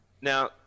Now